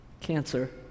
Cancer